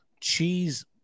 Cheese